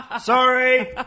Sorry